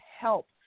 help